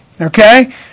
Okay